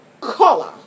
color